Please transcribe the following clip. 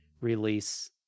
release